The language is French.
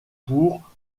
pour